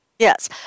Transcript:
Yes